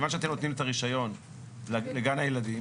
מכיוון שאתם נותנים את הרישיון לגן הילדים,